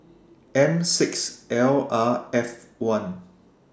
M six L R F one